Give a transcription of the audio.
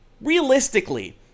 realistically